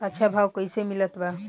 अच्छा भाव कैसे मिलत बा?